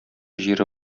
җире